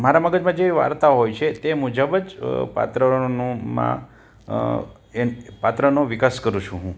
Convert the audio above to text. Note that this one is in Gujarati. મારા મગજમાં જે વાર્તાઓ હોય છે એ મુજબ જ પાત્રનું માં એમ પાત્રનો વિકાસ કરું છું હું